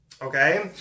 Okay